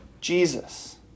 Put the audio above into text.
Jesus